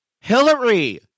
Hillary